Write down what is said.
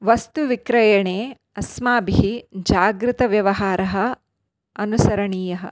वस्तुविक्रयणे अस्माभिः जागृतव्यवहारः अनुसरणीयः